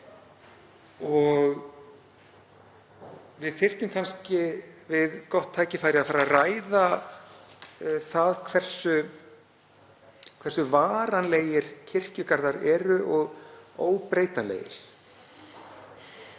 og við þyrftum kannski við gott tækifæri að ræða það hversu varanlegir kirkjugarðar eru og óbreytanlegir.